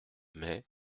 mais